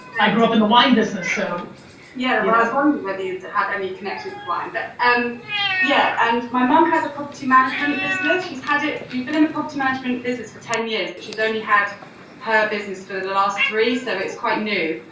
i grew up in the wine business, so yeah. but i was wondering whether you had any connection with wine. but and yeah and my mom has a property management business. she's had it, she's been in the property management business for ten years, but she's only had her business for the last three. so it's quite new.